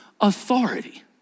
authority